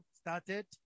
started